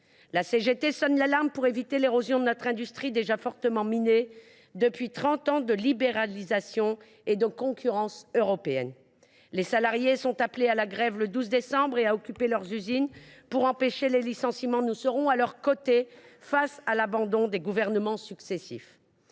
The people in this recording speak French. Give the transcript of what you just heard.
La CGT sonne l’alarme pour éviter l’érosion de notre industrie, déjà fortement minée par trente ans de libéralisation et de concurrence européenne. Les salariés sont appelés à faire grève le 12 décembre et à occuper leurs usines pour empêcher les licenciements ; nous serons à leurs côtés face à l’abandon des gouvernements successifs.